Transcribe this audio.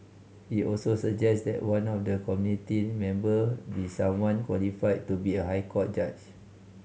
he also suggested that one of the committee member be someone qualified to be a High Court judge